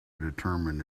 determine